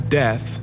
death